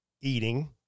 eating